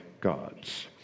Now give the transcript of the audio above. God's